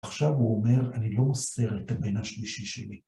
עכשיו הוא אומר, אני לא מוסר את הבן השלישי שלי.